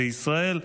בישראל.